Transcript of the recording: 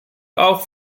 auch